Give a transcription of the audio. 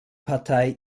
partei